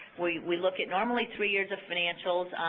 we we look at normally three years of financials.